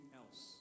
else